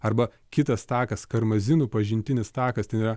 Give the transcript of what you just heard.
arba kitas takas karmazinų pažintinis takas ten yra